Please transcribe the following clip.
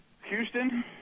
Houston